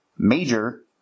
Major